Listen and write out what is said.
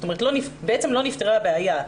בעצם לא נפתרה הבעיה,